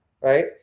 right